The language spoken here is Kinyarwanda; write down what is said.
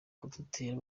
kudutera